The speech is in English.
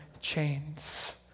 chains